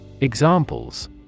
Examples